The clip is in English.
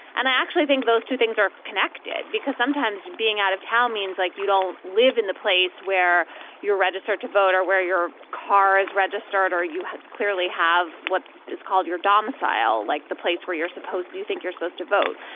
and i actually think those two things are connected because sometimes being out of town means like you don't live in the place where you're registered to vote or where your car is registered or you clearly have what is called your domicile, like the place where you're supposed to think you're supposed to vote.